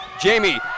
Jamie